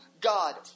God